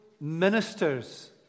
ministers